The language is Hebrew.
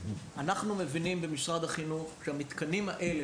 אנחנו מבינים,